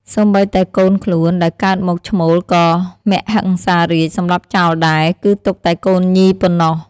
សូម្បីតែកូនខ្លួន ដែលកើតមកឈ្មោលក៏ មហិង្សារាជ សម្លាប់ចោលដែរ គឺទុកតែកូនញីប៉ុណ្ណោះ។